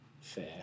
fair